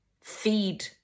feed